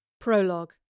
Prologue